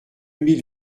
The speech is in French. mille